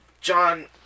John